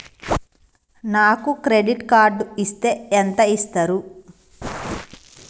నాకు credit card ఇస్తే ఎంత ఇస్తరు?